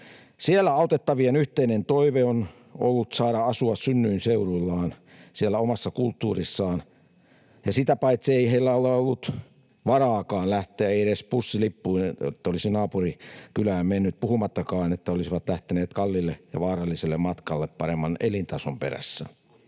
Siellä autettavien yhteinen toive on ollut saada asua synnyinseuduillaan siellä omassa kulttuurissaan. Ja sitä paitsi ei heillä ole ollut varaakaan lähteä, ei edes bussilippua, jotta olisi naapurikylään mennyt, puhumattakaan, että olisivat lähteneet kalliille ja vaaralliselle matkalle paremman elintason perässä.